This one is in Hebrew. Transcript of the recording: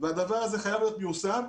והדבר הזה חייב להיות מיושם,